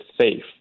safe